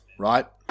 right